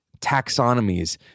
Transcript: taxonomies